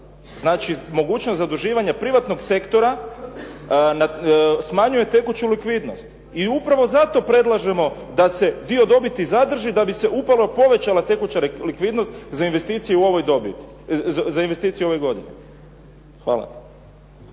znači mogućnost zaduživanja privatnog sektora smanjuje tekuću likvidnost. I upravo zato predlažemo da se dio dobiti zadrži da bi se upravo povećala tekuća likvidnost za investicije u ovoj godini. Hvala.